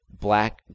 black